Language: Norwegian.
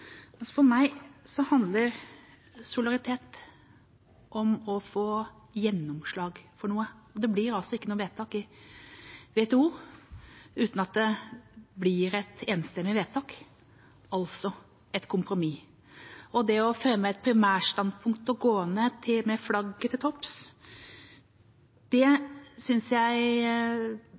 For meg handler solidaritet om å få gjennomslag for noe. Det blir altså ikke noe vedtak i WTO uten at det er enstemmig, altså et kompromiss. Det å fremme et primærstandpunkt og gå ned med flagget til topps synes jeg